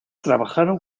trabajaron